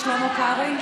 אינו נוכח בצלאל סמוטריץ'